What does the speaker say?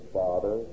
father